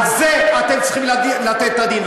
על זה אתם צריכים לתת את הדין.